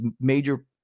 major